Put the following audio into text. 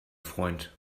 freund